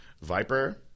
Viper